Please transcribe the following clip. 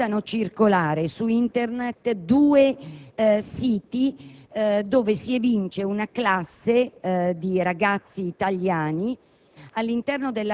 Risultano presenti su Internet due siti, dove si evince una classe di ragazzi italiani,